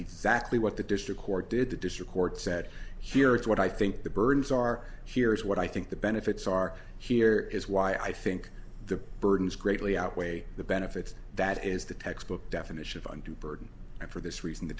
exactly what the district court did the district court said here's what i think the burdens are here's what i think the benefits are here is why i think the burden is greatly outweigh the benefits that is the textbook definition of under burden and for this reason the